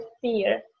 fear